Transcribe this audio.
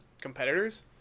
competitors